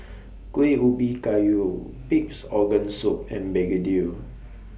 Kueh Ubi Kayu Pig'S Organ Soup and Begedil